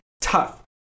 tough